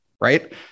right